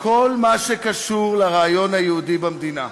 כל מה שקשור לרעיון היהודי במדינה.